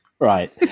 Right